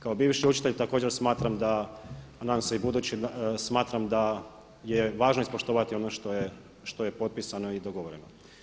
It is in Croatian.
Kao bivši učitelj također smatram da a nadam se i budući, smatram da je važno ispoštovati ono što je potpisano i dogovoreno.